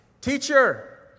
Teacher